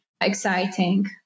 exciting